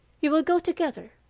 we will go together